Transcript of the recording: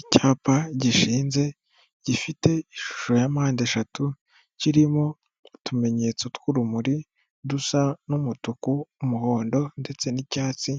Icyapa gishinze gifite ishusho ya mpandeshatu, kirimo utumenyetso tw'urumuri dusa n'umutuku umuhondo ndetse n'icyatsi,